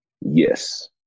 Yes